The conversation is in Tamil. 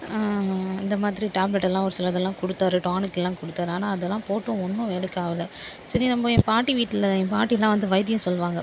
இந்த மாதிரி டேப்லெட்டெல்லாம் ஒரு சிலதுலாம் கொடுத்தாரு டானிக்லாம் கொடுத்தாரு ஆனால் அதெலாம் போட்டும் ஒன்றும் வேலைக்கு ஆகல சரி நம்ம என் பாட்டி வீட்டில் எங்கள் பாட்டிலாம் வந்து வைத்தியம் சொல்லுவாங்க